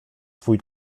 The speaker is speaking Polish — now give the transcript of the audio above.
swój